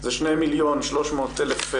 זה 2 מיליון ו-300 אלף שקל,